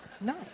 No